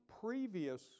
previous